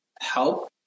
help